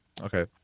Okay